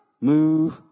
move